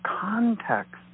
context